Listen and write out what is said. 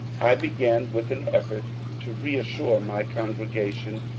i began with an effort to reassure my congregation,